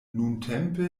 nuntempe